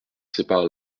sépare